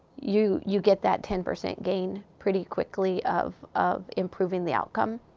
you you get that ten percent gain pretty quickly, of of improving the outcome.